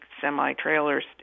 semi-trailers